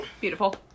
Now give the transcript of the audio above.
Beautiful